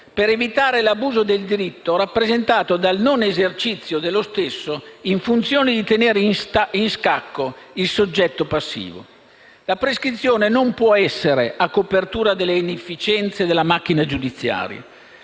per evitare l'abuso del diritto rappresentato dal non esercizio dello stesso in funzione di tenere in scacco il soggetto passivo. La prescrizione non può essere a copertura delle inefficienze della macchina giudiziaria.